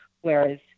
Whereas